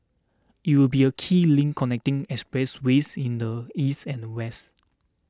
it will be a key link connecting expressways in the east and west